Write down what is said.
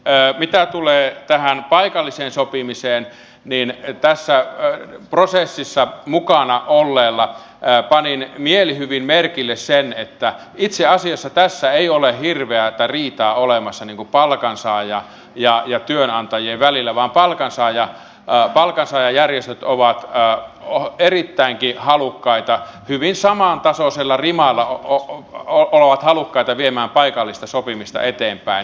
mitä tulee tähän paikalliseen sopimiseen niin tässä prosessissa mukana olleena panin mielihyvin merkille sen että itse asiassa tässä ei ole hirveätä riitaa olemassa palkansaajien ja työnantajien välillä vaan palkansaajajärjestöt ovat erittäinkin halukkaita hyvin samantasoisella rimalla viemään paikallista sopimista eteenpäin